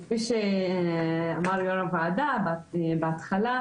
כפי שאמר יו"ר הוועדה בהתחלה,